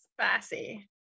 Spicy